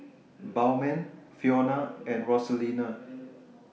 Bowman Fiona and Rosalinda